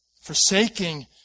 Forsaking